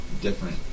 different